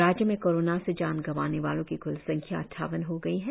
राज्य में कोरोना से जान गवाने वालों की क्ल संख्या अद्वावन हो गई है